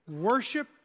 worship